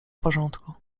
porządku